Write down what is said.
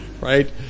right